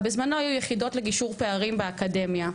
אבל בזמנו היו יחידות לגישור פערים באקדמיה,